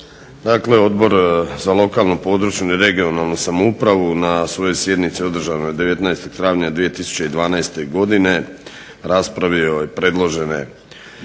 Dakle, Odbor za lokalnu, područnu i regionalnu samoupravu na svojoj sjednici održanoj 19. travnja 2012. godine raspravio je predložene